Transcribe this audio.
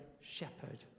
shepherd